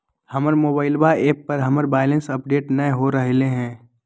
हमर mobile app पर हमर बैलेंस अपडेट नय हो रहलय हें